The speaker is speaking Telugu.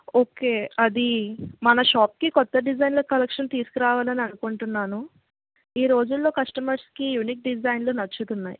ఓకే అది మన షాప్కి కొత్త డిజైన్ల కలెక్షన్ తీసుకురావాలననుకుంటున్నాను ఈ రోజుల్లో కస్టమర్స్కి యూనిక్ డిజైన్లు నచ్చుతున్నాయి